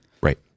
right